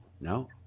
No